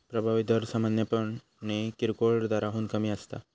प्रभावी दर सामान्यपणे किरकोळ दराहून कमी असता